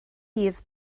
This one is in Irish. dhaoibh